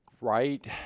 Right